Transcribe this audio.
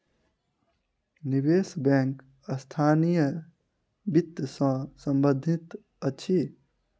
निवेश बैंक संस्थानीय वित्त सॅ संबंधित अछि